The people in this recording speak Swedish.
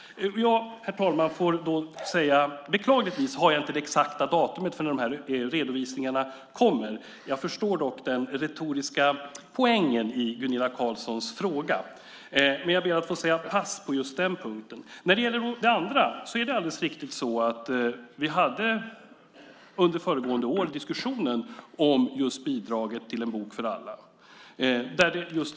Jag får säga att jag beklagligtvis inte har de exakta datumen för när redovisningarna kommer. Jag förstår dock den retoriska poängen i Gunilla Carlssons fråga. Jag ber att få säga "pass" på just den punkten. När det gäller det andra är det riktigt att vi under förra året hade diskussionen om bidraget till En bok för alla.